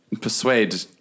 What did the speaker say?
persuade